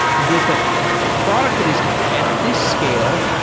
with ah a product that is at this scale,